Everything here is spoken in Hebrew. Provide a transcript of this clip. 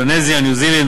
ניו-זילנד,